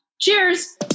Cheers